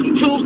Two